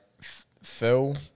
Phil